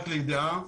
רק לידיעה,